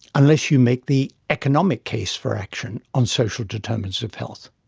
unless you make the economic case for action on social determinants of health.